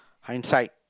hindsight